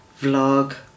Vlog